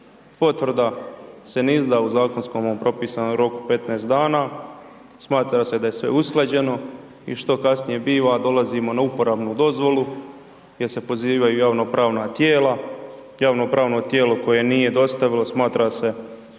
potvrda se ne izda u zakonskomu propisanom roku 15 dana, smatra se da je sve usklađeno i što kasnije biva?, dolazimo na uporabnu dozvolu gdje se pozivaju javno-pravna tijela, javno-pravno tijelo koje nije dostavilo smatra se, odnosno